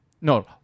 no